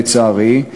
לצערי,